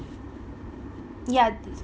ya